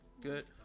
good